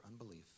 unbelief